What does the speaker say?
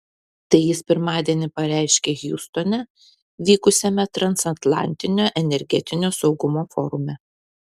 tai jis pirmadienį pareiškė hjustone vykusiame transatlantinio energetinio saugumo forume